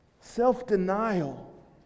self-denial